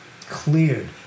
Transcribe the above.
Cleared